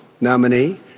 nominee